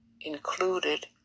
included